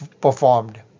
performed